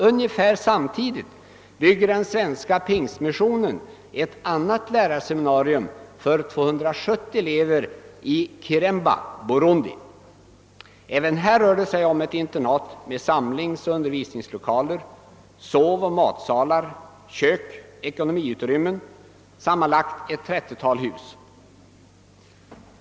Ungefär samtidigt bygger den svenska pingstmissionen ett annat lärarseminarium för 270 elever i Kiremba, Burundi. Även här rör det sig om ett internat med samlingsoch undervisningslokaler, sovoch matsalar, kök, ekonomiutrymmen, sammanlagt ett 30-tal hus.